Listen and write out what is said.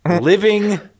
living